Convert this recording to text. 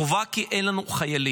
חובה, כי אין לנו חיילים,